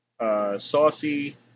Saucy